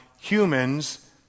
humans